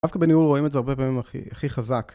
דווקא בניהול רואים את זה הרבה פעמים הכי... הכי חזק